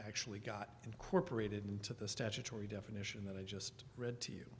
actually got incorporated into the statutory definition that i just read to you